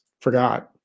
forgot